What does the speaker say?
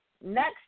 next